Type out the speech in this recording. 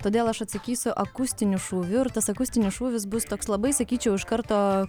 todėl aš atsakysiu akustiniu šūviu ir tas akustinis šūvis bus toks labai sakyčiau iš karto